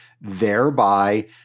thereby